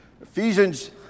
Ephesians